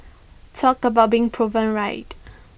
talk about being proven right